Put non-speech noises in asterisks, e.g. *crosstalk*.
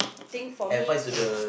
think for me *noise*